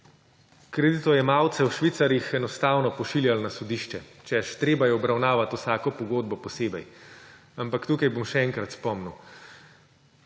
kreditojemalcev v švicarjih enostavno pošiljali na sodišče, češ, treba je obravnavati vsako pogodbo posebej. Ampak tukaj bom še enkrat spomnil,